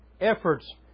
efforts